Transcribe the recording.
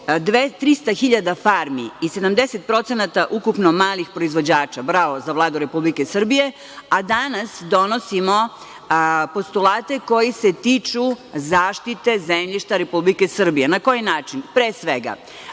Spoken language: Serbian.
hiljada farmi i 70% ukupno malih proizvođača. Bravo za Vladu Republike Srbije. Danas donosimo postulate koji se tiču zaštite zemljišta Republike Srbije. Na koji način? Pre svega